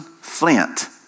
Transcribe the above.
Flint